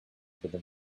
within